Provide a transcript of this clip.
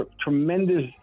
tremendous